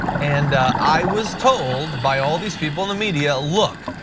and i was told by all these people in the media, look,